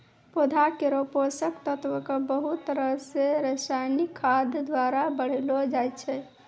पौधा केरो पोषक तत्व क बहुत तरह सें रासायनिक खाद द्वारा बढ़ैलो जाय छै